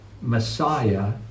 Messiah